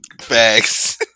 Facts